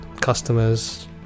customers